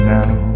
now